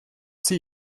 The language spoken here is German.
sie